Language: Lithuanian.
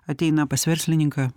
ateina pas verslininką